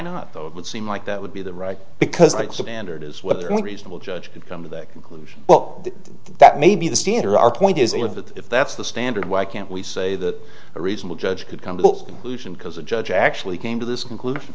not though it would seem like that would be the right because i suppose and it is what the only reasonable judge could come to that conclusion well that may be the standard our point is that if that's the standard why can't we say that a reasonable judge could come to conclusion because a judge actually came to this conclusion